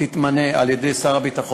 תובנות שכדאי שכל יהודי בארץ-ישראל יבין.